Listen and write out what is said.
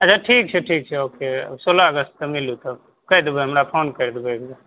अच्छा ठीक छै ठीक छै ओके सोलह अगस्त के मिलु तब कहि देबै हमरा फोन करि देबै एकबेर